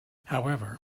however